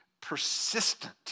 persistent